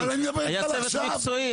היה צוות מקצועי.